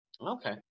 Okay